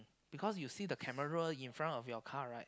because you see the camera in front of your car right